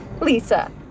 Lisa